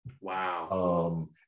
Wow